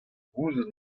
gouzout